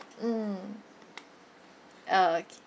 mm okay